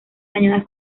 dañadas